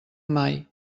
mai